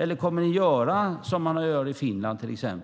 Eller kommer ni att göra som man till exempel gör i Finland,